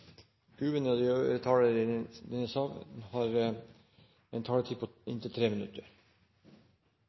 har en taletid på inntil 3 minutter.